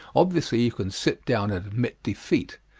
obviously, you can sit down and admit defeat.